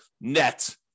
net